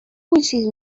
coincidir